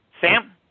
Sam